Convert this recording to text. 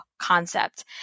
concept